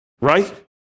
right